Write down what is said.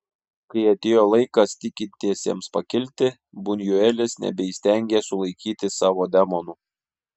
kai atėjo laikas tikintiesiems pakilti bunjuelis nebeįstengė sulaikyti savo demonų